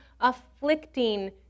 afflicting